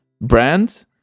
brand